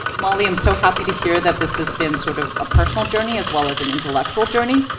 molly, i'm so happy to hear that this has been sort of a personal journey as well as an intellectual journey,